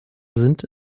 sind